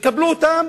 יקבלו אותם